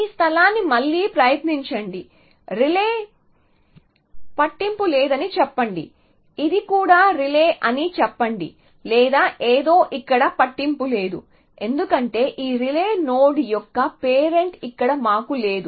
ఈ స్థలాన్ని మళ్లీ ప్రయత్నించండి రిలే పట్టింపు లేదని చెప్పండి ఇది కూడా రిలే అని చెప్పండి లేదా ఏదో ఇక్కడ పట్టింపు లేదు ఎందుకంటే ఈ రిలే నోడ్ యొక్క పేరెంట్ ఇక్కడ మాకు లేదు